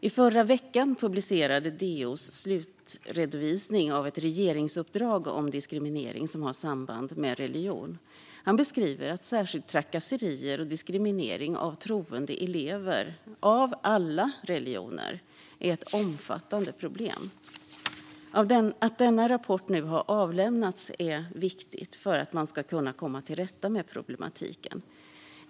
I förra veckan publicerades DO:s slutredovisning av ett regeringsuppdrag om diskriminering som har samband med religion. Han beskriver att särskilt trakasserier och diskriminering av troende elever, av alla religioner, är ett omfattande problem. Att denna rapport nu har avlämnats är viktigt för att man ska kunna komma till rätta med problematiken.